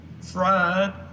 fried